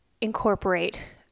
incorporate